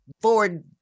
Ford